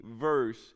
verse